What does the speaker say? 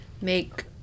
make